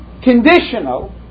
conditional